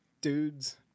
dudes